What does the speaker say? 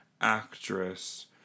actress